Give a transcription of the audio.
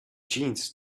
jeans